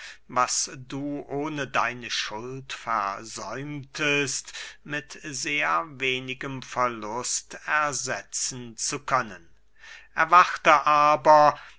was du ohne deine schuld versäumtest mit sehr wenigem verlust ersetzen zu können erwarte aber